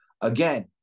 again